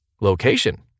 location